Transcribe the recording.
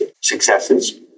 successes